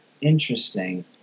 Interesting